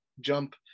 jump